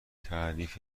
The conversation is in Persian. تعریف